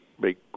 make